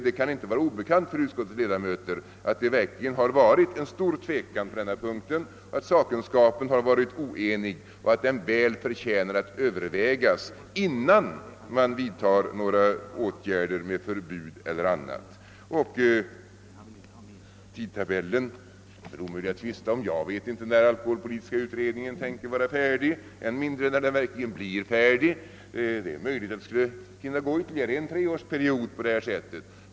Det kan inte vara obekant för utskottets ledamöter att det verkligen rått stor tvekan på denna punkt, att sakkunskapen varit oenig och att frågan väl förtjänar att övervägas innan man inför förbud eller vidtar andra åtgärder. Det är omöjligt att tvista om tidtabel len. Jag vet inte när alkoholpolitiska utredningen hoppas vara färdig, än mindre när den verkligen blir färdig. Det är möjligt att det kan hinna gå ytterligare en treårsperiod på detta sätt.